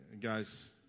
guys